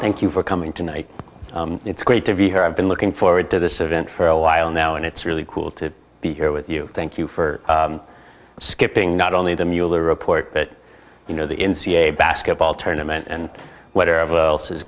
thank you for coming tonight it's great to be here i've been looking forward to this event for a while now and it's really cool to be here with you thank you for skipping not only the mueller report but you know the n c a a basketball tournament and whatever else is